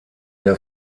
der